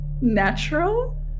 natural